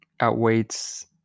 outweighs